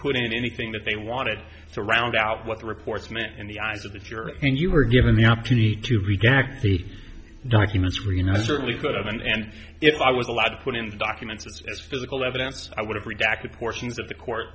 put in anything that they wanted to round out what the reports meant in the eyes of the jury and you were given the opportunity to reject the documents when you know i certainly couldn't and if i was allowed to put in documents as physical evidence i would have redacted portions of the court